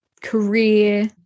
career